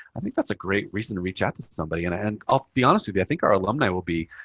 i think that's a great reason to reach out to to somebody. and and i'll be honest with you, i think our alumni will be